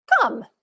Come